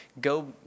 go